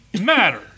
matter